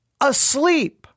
asleep